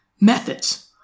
methods